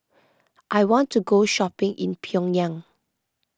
I want to go shopping in Pyongyang